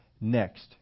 next